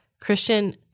Christian